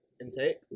intake